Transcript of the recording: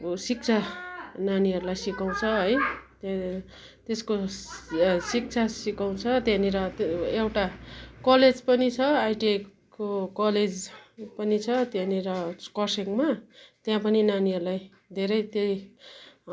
शिक्षा नानीहरूलाई सिकाउँछ है त्यहाँ त्यसको शिक्षा सिकाउँछ त्यहाँनिर एउटा कलेज पनि छ आइटिआईको कलेज पनि छ त्यहाँनिर खरसाङमा त्यहाँ पनि नानीहरूलाई धेरै त्यही